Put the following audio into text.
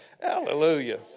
Hallelujah